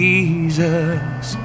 Jesus